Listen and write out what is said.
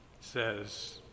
says